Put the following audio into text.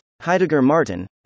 Heidegger-Martin